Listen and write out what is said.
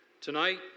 Tonight